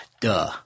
Duh